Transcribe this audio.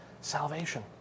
salvation